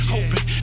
Hoping